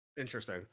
interesting